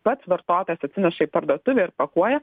pats vartotojas atsineša į parduotuvę ir pakuoja